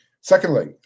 Secondly